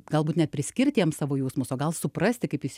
galbūt net priskirt jam savo jausmus o gal suprasti kaip jis